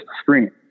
screen